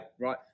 Right